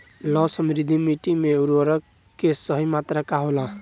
लौह समृद्ध मिट्टी में उर्वरक के सही मात्रा का होला?